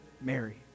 Mary